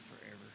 forever